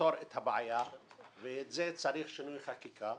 לפתור את הבעיה ולכך צריך שינוי חקיקה.